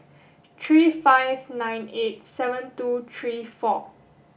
three five nine eight seven two three four